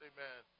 Amen